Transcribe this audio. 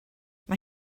mae